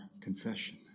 confession